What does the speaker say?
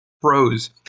froze